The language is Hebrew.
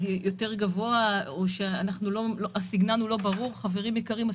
גבוה יותר או לטענה שהסיגנל הוא לא ברור חברים יקרים,